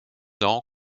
ans